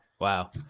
Wow